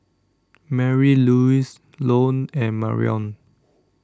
Marylouise Lone and Marion